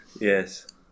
Yes